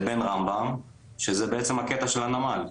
לבין רמב"ם שזה בעצם הקטע של הנמל.